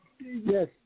Yes